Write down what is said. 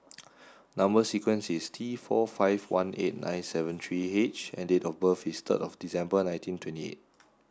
number sequence is T four five one eight nine seven three H and date of birth is third of December nineteen twenty eight